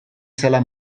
zela